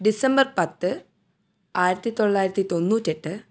December പത്ത് ആയിരത്തിത്തൊള്ളായിരത്തി തൊണ്ണൂറ്റെട്ട്